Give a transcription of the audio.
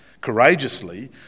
courageously